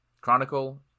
Chronicle